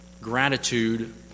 gratitude